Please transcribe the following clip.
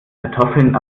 kartoffeln